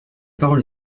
parole